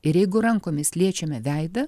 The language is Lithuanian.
ir jeigu rankomis liečiame veidą